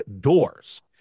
doors